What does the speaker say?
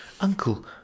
uncle